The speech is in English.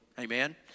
Amen